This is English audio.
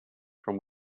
from